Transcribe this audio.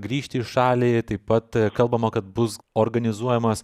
grįžti į šalį taip pat kalbama kad bus organizuojamas